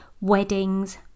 weddings